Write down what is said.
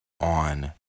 on